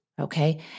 okay